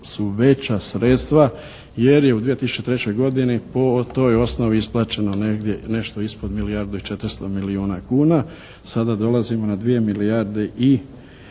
su veća sredstva jer je u 2003. godini po toj osnovi isplaćeno negdje, nešto ispod milijardu i 400 milijuna kuna. Sada dolazimo na 2 milijarde i